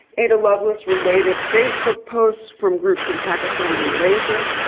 ada lovelace related facebook posts from groups in pakistan and malaysia.